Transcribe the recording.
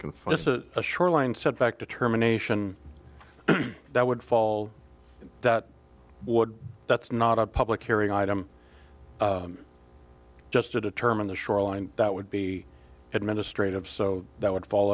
a shoreline setback determination that would fall that would that's not a public hearing item just to determine the shoreline that would be administrative so that would fall